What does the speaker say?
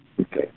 Okay